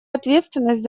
ответственность